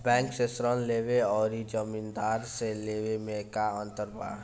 Bank से ऋण लेवे अउर जमींदार से लेवे मे का अंतर बा?